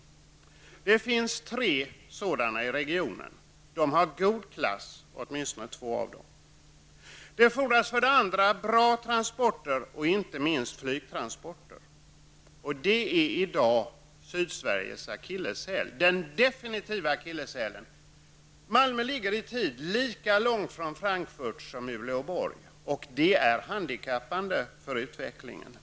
Det finns tre sådana i regionen. Åtminstone två av dem är av god klass. För det andra fordras det bra transporter, inte minst flygtransporter. Det är i dag Sydsveriges akilleshäl. Malmö ligger i tid lika långt från Frankfurt som från Uleåborg, och det är handikappande för utvecklingen.